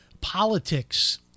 politics